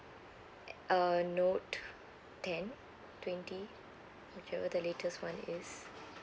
uh note ten twenty which ever the latest one is